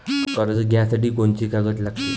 कर्ज घ्यासाठी कोनची कागद लागते?